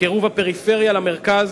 לקירוב הפריפריה למרכז,